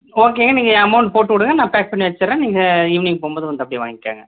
okay நீங்கள் amount போட்டுவிடுங்க நான் பேக் பண்ணி வெச்சிடுறேன் நீங்கள் ஈவினிங் போகும்போது வந்து அப்டியே வந்து வாங்கிக்கங்க